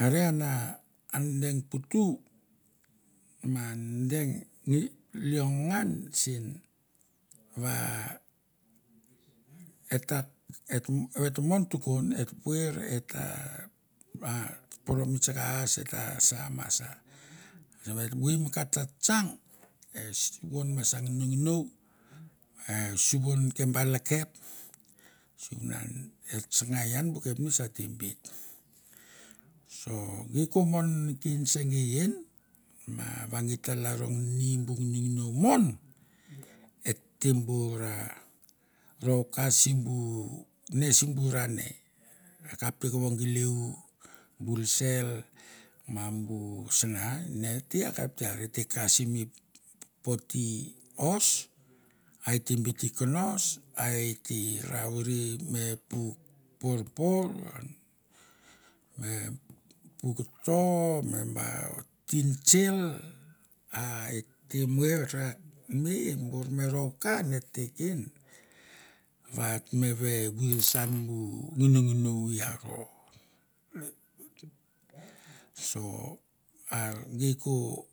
Are ab a deng putu ma a deng leong sen va e ta et mon tukon eta puar eta poro mi tsaka as, eta sa ma sa, a sen va evoi mi ka tsatsang e suvun me sa nginonginou, e suvun ke ba lekep sivunan e tsanga ian bu kapnets ate bet. So gei ko mon neken se gei en, ma va gei ta lalro ngini bu nginonginou mon et te bu ra rou ka simbu ne simbu ra ne, akapte kovo geleu bulsel ma bu sana, ne teakkapte are te ka simi forty hose a ete bet i konos a ete ra vore me puk porpor, me puk to, me ba toin chel, a et te muer ranmei bor me rou ka ne et te ken, va teme ve virisan bu nginonginou i aro. So are gei ko,